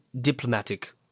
diplomatic